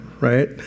right